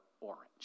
orange